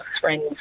friends